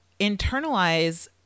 internalize